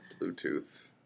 Bluetooth